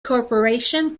corporation